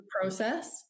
process